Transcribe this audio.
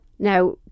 Now